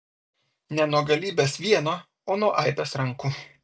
ne nuo galybės vieno o nuo aibės rankų